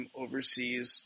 overseas